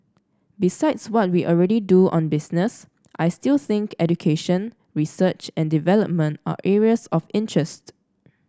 besides what we already do on business I still think education research and development are areas of interest